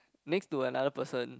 makes to another person